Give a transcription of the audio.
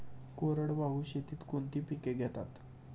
कोरडवाहू शेतीत कोणती पिके घेतात?